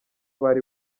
bari